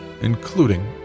including